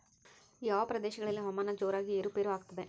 ಯಾವ ಪ್ರದೇಶಗಳಲ್ಲಿ ಹವಾಮಾನ ಜೋರಾಗಿ ಏರು ಪೇರು ಆಗ್ತದೆ?